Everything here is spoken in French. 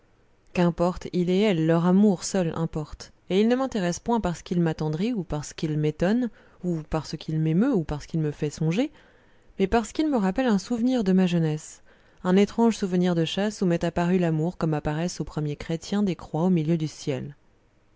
qu'importent il et elle leur amour seul m'importe et il ne m'intéresse point parce qu'il m'attendrit ou parce qu'il m'étonne ou parce qu'il m'émeut ou parce qu'il me fait songer mais parce qu'il me rappelle un souvenir de ma jeunesse un étrange souvenir de chasse où m'est apparu l'amour comme apparaissaient aux premiers chrétiens des croix au milieu du ciel